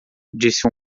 disse